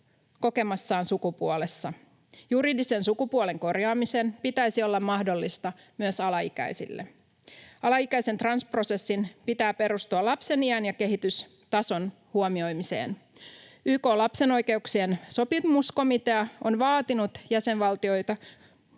kokemassaan sukupuolessa. Juridisen sukupuolen korjaamisen pitäisi olla mahdollista myös alaikäisille. Alaikäisen transprosessin pitää perustua lapsen iän ja kehitystason huomioimiseen. YK:n lapsen oikeuksien sopimuskomitea on vaatinut jäsenvaltioita